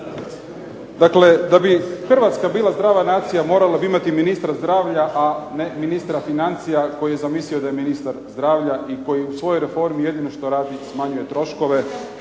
je ... da bi HRvatska bila zdrava nacija morali bi imati ministra zdravlja a ne ministra financija koji je zamislio da je ministar zdravlja i koji u svojoj reformi jedino što radi smanjuje troškove,